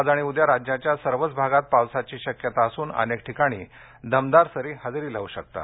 आज आणि उद्या राज्याच्या सर्वच भागात पावसाची शक्यता असून अनेक ठिकाणी दमदार सरी हजेरी लावू शकतात